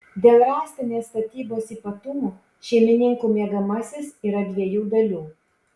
dėl rąstinės statybos ypatumų šeimininkų miegamasis yra dviejų dalių